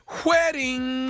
wedding